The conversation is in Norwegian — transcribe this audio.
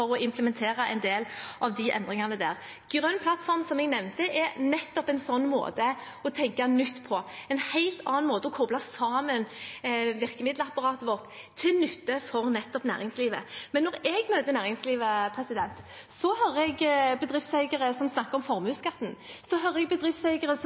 å implementere en del av de endringene. Grønn plattform, som jeg nevnte, er nettopp en slik måte å tenke nytt på – en helt annen måte å koble sammen virkemiddelapparatet vårt på, til nytte for nettopp næringslivet. Men når jeg møter næringslivet, hører jeg bedriftseiere som snakker om formuesskatten, jeg hører bedriftseiere som